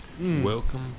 Welcome